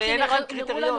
הרי אין לכם קריטריונים.